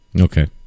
okay